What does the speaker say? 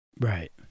right